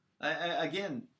Again